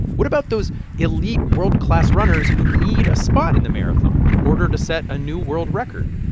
what about those elite, world-class runners who need a spot in the marathon in order to set a new world record?